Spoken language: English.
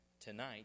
tonight